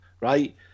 right